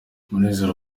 munezero